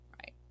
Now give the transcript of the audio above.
right